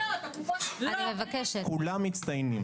כולם מצטיינים,